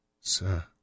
Sir